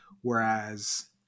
whereas